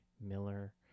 Miller